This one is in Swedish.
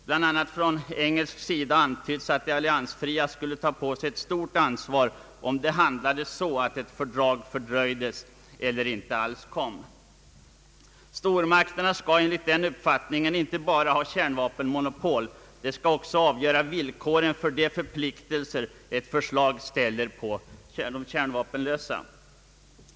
Bl.a. från engelsk sida har antytts att de alliansfria skulle ta på sig ett stort ansvar, om de handlade så att ett fördrag fördröjdes eller inte alls kom till stånd. Stormakterna skall enligt den uppfattningen inte bara ha kärnvapenmonopol, de skall också avgöra villkoren för de förpliktelser ett fördrag ställer på de kärnvapenlösa.